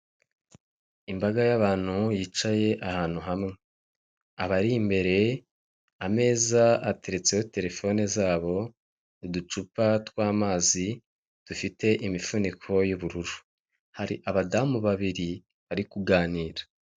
Imbaga y'abantu yicaye ahantu hamwe, abari imbere ameza ateretseho terefone zabo, utucupa tw'amazi dufite imifuniko tw'ubururu, hari abadamu babiri barikuganira.